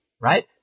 right